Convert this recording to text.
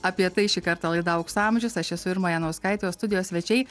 apie tai šį kartą laida aukso amžius aš esu irma janauskaitė o studijos svečiai